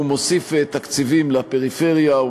הוא מוסיף תקציבים לפריפריה,